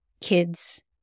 kids